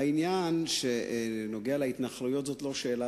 העניין שנוגע להתנחלויות הוא לא שאלה